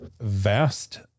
vast